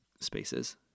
spaces